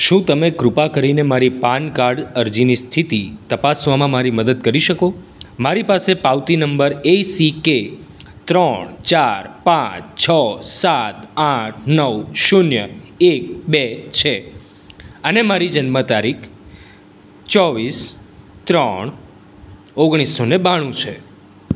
test